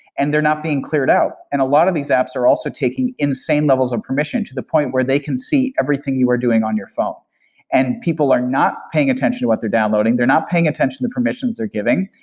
and they're not being cleared out, and a lot of these apps are also taking insane levels of permission to the point where they can see everything you are doing on your phone and people are not paying attention to what they're downloading. they're not paying attention to permissions they're giving.